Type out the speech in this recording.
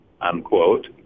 unquote